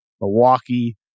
Milwaukee